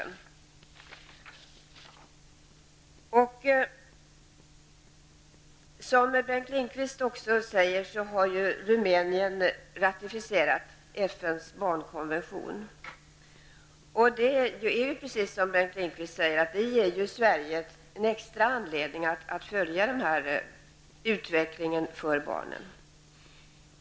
Som Bengt Lindqvist också säger, har Rumänien ratificerat FNs barnkonvention, vilket ger Sverige en extra anledning att följa utvecklingen för barnen.